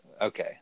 okay